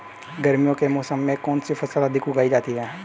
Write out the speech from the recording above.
गर्मियों के मौसम में कौन सी फसल अधिक उगाई जाती है?